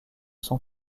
son